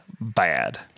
bad